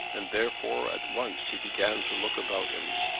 and, therefore, at once, he began to look about him.